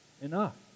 enough